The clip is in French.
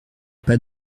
pas